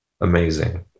amazing